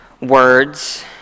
words